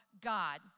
God